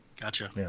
Gotcha